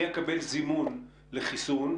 אני אקבל זימון לחיסון,